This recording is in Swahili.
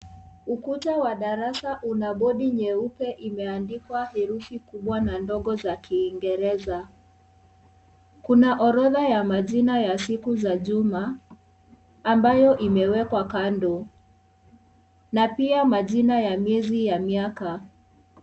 Ukuta wa darasa una bodi nyeupe umeandikwa herufi kubwa na ndogo za kiingereza. Kuna orodha ya majina ya siku za juma, ambayo imewekwa kando na pia majina ya miezi ya miaka.